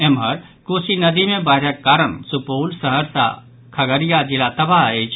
एम्हर कोसी नदी मे बाढ़िक कारण सुपौल सहरसा आओर खगड़िया जिला तबाह अछि